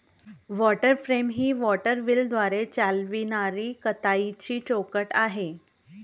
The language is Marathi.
वॉटर फ्रेम ही वॉटर व्हीलद्वारे चालविणारी कताईची चौकट आहे